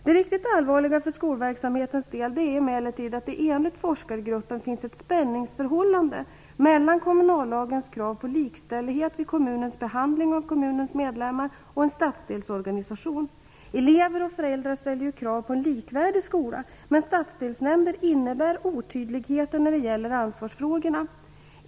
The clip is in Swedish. Det riktigt allvarliga för skolverksamhetens del är emellertid att det enligt forskargruppen finns ett spänningsförhållande mellan kommunallagens krav på likställighet i kommunens behandling av kommunens medlemmar och en stadsdelsorganisation. Elever och föräldrar ställer ju krav på en likvärdig skola, men stadsdelnämnder innebär otydligheter när det gäller ansvarsfrågorna.